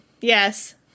yes